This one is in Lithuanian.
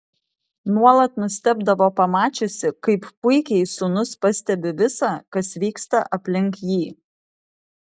nuolat nustebdavo pamačiusi kaip puikiai sūnus pastebi visa kas vyksta aplink jį